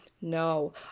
no